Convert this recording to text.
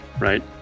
right